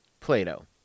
Plato